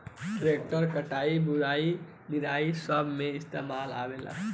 tractor कटाई, बुवाई, निराई सब मे इस्तेमाल में आवेला